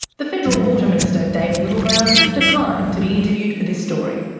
the federal water minister, david littleproud, declined to be interviewed for this story.